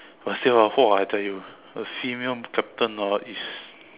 but still ah !wah! I tell you a female captain orh is